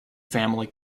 family